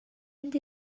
mynd